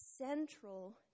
Central